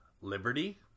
Liberty